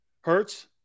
Hurts